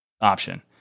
option